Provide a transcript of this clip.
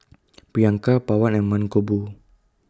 Priyanka Pawan and Mankombu